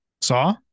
Saw